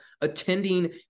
attending